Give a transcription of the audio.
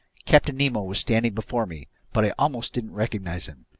captain nemo was standing before me, but i almost didn't recognize him.